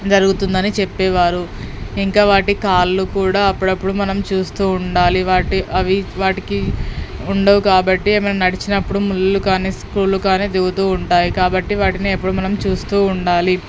జరుగుతుందని చెప్పేవారు ఇంకా వాటి కాళ్ళు కూడా అప్పుడప్పుడు మనం చూస్తూ ఉండాలి వాటి అవి వాటికి ఉండవు కాబట్టి ఏమైనా నడిచినప్పుడు ముళ్ళు కానీ స్క్రూళ్ళు కాని దిగుతూ ఉంటాయి కాబట్టి వాటిని ఎప్పుడు మనం చూస్తూ ఉండాలి